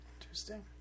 Interesting